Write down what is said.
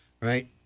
right